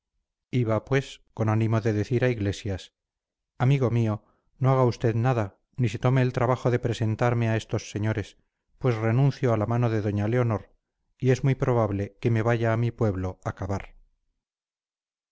iba pues con ánimo de decir a iglesias amigo mío no haga usted nada ni se tome el trabajo de presentarme a estos señores pues renuncio a la mano de doña leonor y es muy probable que me vaya a mi pueblo